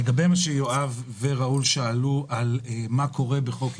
לגבי מה ששאלו יואב וראול על מה שקורה בחוק עידוד.